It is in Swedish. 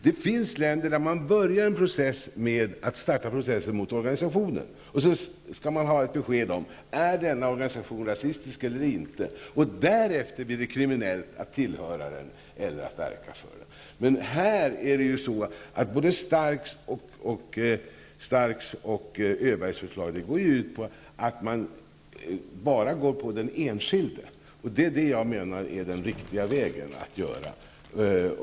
Det finns länder där man börjar med att starta processen mot organisationen för att få ett besked i frågan: Är denna organisation rasistisk eller inte? Därefter kan det bli kriminellt att tillhöra den eller att verka för den. Men både Starks och Öbergs förslag går ut på att lagstiftningen bara skall rikta sig mot den enskilde. Det menar jag är den riktiga vägen att gå.